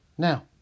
Now